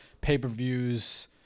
pay-per-views